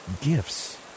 gifts